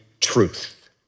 truth